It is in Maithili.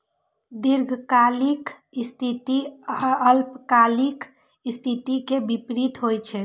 दीर्घकालिक स्थिति अल्पकालिक स्थिति के विपरीत होइ छै